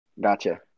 Gotcha